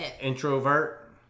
introvert